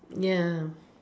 ya